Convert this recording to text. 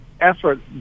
effort